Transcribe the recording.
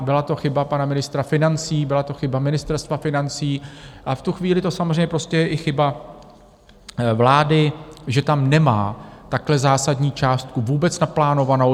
Byla to chyba ministra financí, byla to chyba Ministerstva financí a v tu chvíli to samozřejmě prostě je i chyba vlády, že tam nemá takhle zásadní částku vůbec naplánovanou.